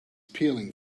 peeling